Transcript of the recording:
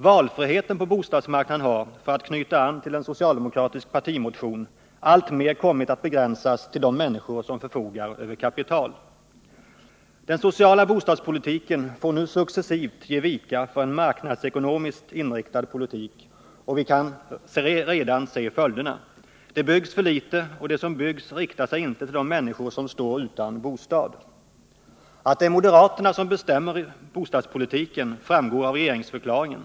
Valfriheten på bostadsmarknaden har, för att knyta an till en socialdemokratisk partimotion, alltmer kommit att begränsas till de människor som förfogar över kapital. Den sociala bostadspolitiken får nu successivt ge vika för en marknadsekonomiskt inriktad bostadspolitik. Och vi kan redan se följderna; det byggs för litet, och det som byggs riktar sig inte till de människor som står utan bostad. Att det är moderaterna som bestämmer bostadspolitiken framgår av regeringsförklaringen.